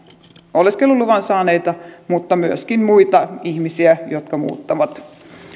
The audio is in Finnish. oleskeluluvan saaneita vaan myöskin muita ihmisiä jotka muuttavat